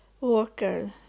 worker